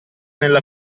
nella